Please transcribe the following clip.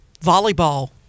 Volleyball